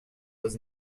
was